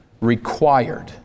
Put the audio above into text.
required